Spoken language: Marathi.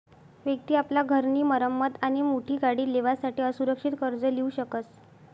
व्यक्ति आपला घर नी मरम्मत आणि मोठी गाडी लेवासाठे असुरक्षित कर्ज लीऊ शकस